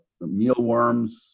mealworms